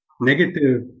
negative